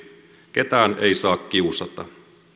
ketään ei saa kiusata